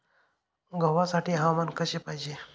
गव्हासाठी हवामान कसे पाहिजे?